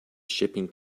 shipping